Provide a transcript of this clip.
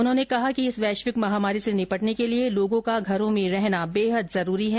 उन्होंने कहा है कि इस वैश्विक महामारी से निपटने के लिए लोगों का घरों में रहना बेहद जरूरी है